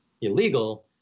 illegal